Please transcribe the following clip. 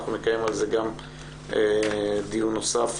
אנחנו נקיים על זה גם דיון נוסף.